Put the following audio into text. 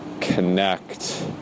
connect